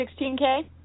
16K